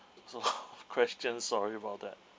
so question sorry about that